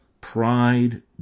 Pride